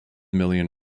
million